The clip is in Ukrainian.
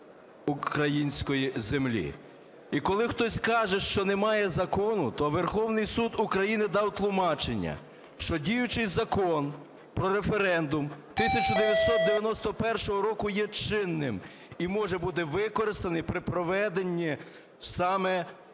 української землі. І коли хтось каже, що немає закону, то Верховний Суд України дав тлумачення, що діючий Закон про референдум 1991 року є чинним і може бути використаний при проведенні саме